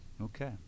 Okay